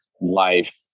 life